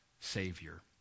Savior